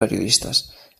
periodistes